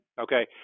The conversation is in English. Okay